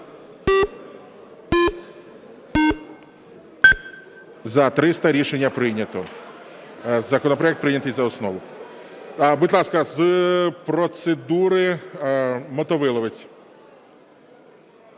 За-300 Рішення прийнято. Законопроект прийнятий за основу. Будь ласка, з процедури – Мотовиловець.